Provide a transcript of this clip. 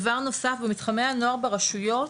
דבר נוסף במתחמי הנוער ברשויות,